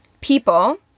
people